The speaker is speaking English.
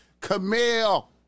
Camille